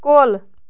کُل